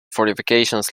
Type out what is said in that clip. fortifications